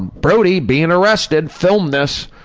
brody, being arrested. film this.